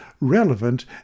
relevant